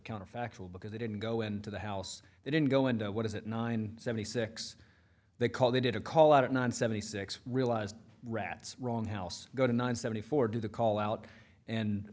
counterfactual because they didn't go into the house they didn't go into what is it nine seventy six they call they did a call out of nine seventy six realized rats wrong house go to nine seventy four do the call out and